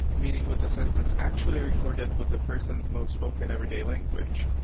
meaning what the census actually recorded was a person's most spoken everyday language.